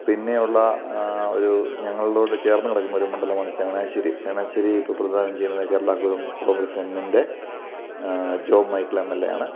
പിന്നെയുള്ള ഒരു ഞങ്ങളുടെ കൂടെ ചേർന്ന് കിടക്കുന്ന ഒരു മണ്ഡലമാണ് ചങ്ങനാശ്ശേരി ചങ്ങനാശ്ശേരി ഇപ്പോൾ പ്രതിനിധാനം ചെയ്യുന്നത് കേരള കോൺഗ്രസ് എമ്മിൻ്റെ മൈക്കിൾ എം എൽ എയാണ്